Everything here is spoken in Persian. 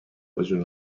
وجود